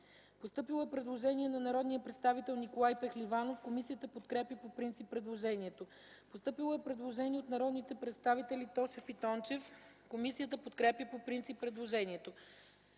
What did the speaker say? Предложение на народния представител Николай Пехливанов. Комисията подкрепя по принцип предложението. Постъпило е предложение от народните представители Тошев и Тончев. Комисията подкрепя по принцип предложението.